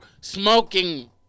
smoking